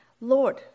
Lord